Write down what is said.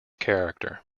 character